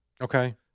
Okay